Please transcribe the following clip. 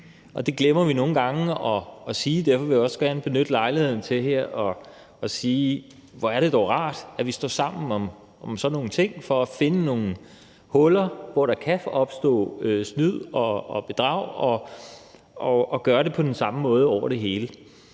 Det glemmer vi nogle gange at sige, og derfor vil jeg også gerne benytte lejligheden til her at sige, at det er rart, at vi står sammen om sådan nogle ting for at finde nogle huller, hvor der kan opstå snyd og bedrag, og gøre det på den samme måde over det hele.